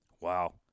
wow